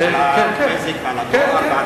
כן, כן.